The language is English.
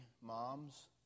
mom's